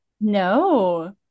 No